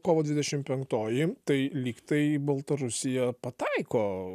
kovo dvidešim penktoji tai lygtai baltarusija pataiko